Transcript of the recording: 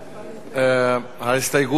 ההסתייגות לא התקבלה.